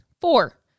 Four